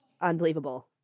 unbelievable